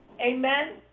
Amen